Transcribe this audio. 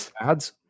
ads